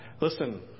Listen